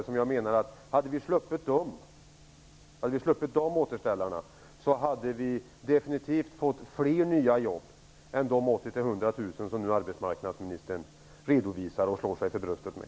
Om vi hade sluppit den typen av återställare hade det definitivt blivit fler nya jobb än de 80 000-100 000 som arbetsmarknadsministern nu redovisar och slår sig för bröstet med.